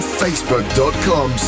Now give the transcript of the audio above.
facebook.com